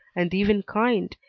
and even kind,